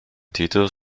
titel